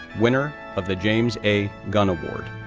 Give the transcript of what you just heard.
winner of the james a. gunn award,